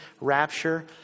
rapture